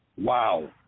Wow